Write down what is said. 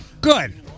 Good